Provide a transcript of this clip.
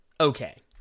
okay